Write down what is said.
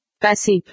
passive